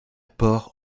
port